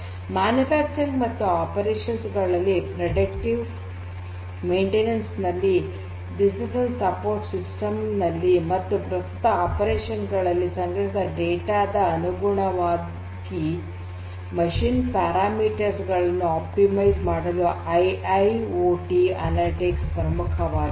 manufacturing ಮತ್ತು operations ಗಳಲ್ಲಿ predictive maintenance ನಲ್ಲಿ ಡಿಸಿಷನ್ ಸಪೋರ್ಟ್ ಸಿಸ್ಟಮ್ಸ್ ನಲ್ಲಿ ಮತ್ತು ಪ್ರಸ್ತುತ ಆಪೆರೆಷನ್ಸ್ ಗಳಲ್ಲಿ ಸಂಗ್ರಹಿಸಿದ ಡೇಟಾ ದ ಅನುಗುಣವಾಗಿ ಮಷೀನ್ ಪ್ಯಾರಾಮೀಟರ್ಸ್ ಗಳನ್ನು ಆಪ್ಟಿಮೈಜ್ ಮಾಡಲು I I O T analytics ಪ್ರಮುಖವಾದದ್ದು